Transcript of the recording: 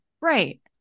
Right